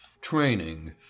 training